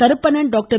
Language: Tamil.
கருப்பணன் டாக்டர்